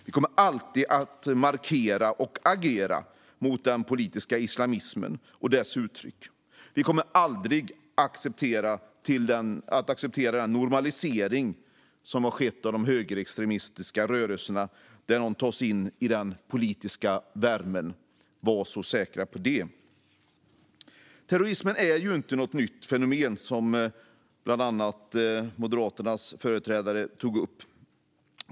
Vi kommer alltid att markera och agera mot den politiska islamismen och dess uttryck. Vi kommer aldrig att acceptera den normalisering som har skett av de högerextremistiska rörelserna, som tas in i den politiska värmen - var så säkra på det! Terrorism är ju inte något nytt fenomen, som bland andra Moderaternas företrädare tog upp.